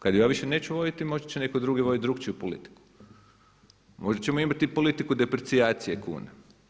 Kada ju ja više neću voditi možda će neko drugi voditi drukčiju politiku, možda ćemo imati politiku deprecijacije kune.